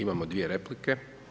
Imamo dvije replike.